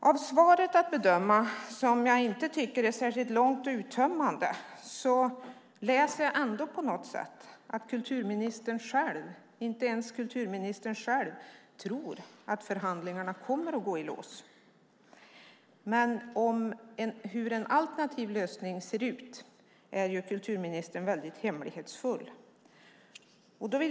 Av svaret, som jag inte tycker är särskilt långt och uttömmande, att döma läser jag ändå på något sätt att inte ens kulturministern själv tror att förhandlingarna kommer att gå i lås. Men kulturministern är hemlighetsfull när det gäller hur en alternativ lösning ser ut.